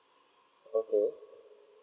okay